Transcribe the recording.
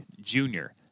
junior